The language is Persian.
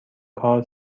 کار